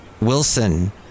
Wilson